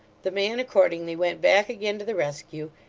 the man, accordingly, went back again to the rescue,